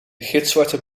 gitzwarte